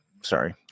sorry